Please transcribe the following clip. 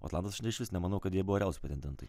o atlantas aš išvis nemanau kad jie buvo realūs pretendentai